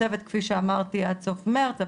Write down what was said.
הצוות כפי שאמרתי עד סוף מרץ,